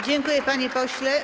Dziękuję, panie pośle.